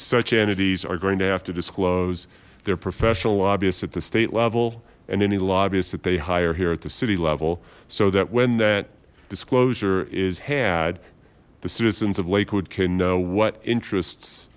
such entities are going to have to disclose their professional lobbyists at the state level and any lobbyists that they hire here at the city level so that when that disclosure is had the citizens of lakewood can know what interests